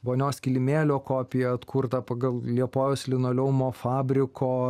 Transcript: vonios kilimėlio kopiją atkurtą pagal liepojos linoleumo fabriko